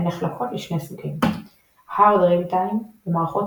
הן נחלקות לשני סוגים Hard real-time – במערכות